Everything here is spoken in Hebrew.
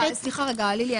סליחה, רגע, לילי.